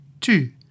Two